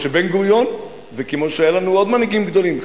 כמו בן-גוריון וכמו שהיו לנו עוד מנהיגים גדולים,